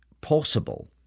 possible